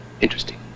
interesting